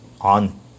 on –